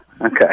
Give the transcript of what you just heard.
Okay